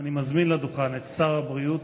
אני מזמין לדוכן את שר הבריאות